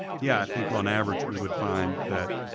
yeah, i think on average we would find that